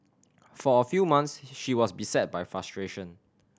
for a few months she was beset by frustration